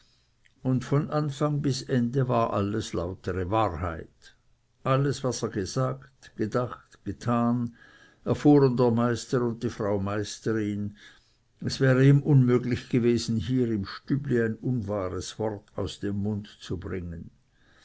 und von anfang bis ans ende war alles lautere wahrheit alles was er gesagt gedacht getan erfuhren der meister und die frau meisterin es wäre ihm unmöglich gewesen hier im stübli ein unwahres wort aus dem mund zu bringen